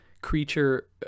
creature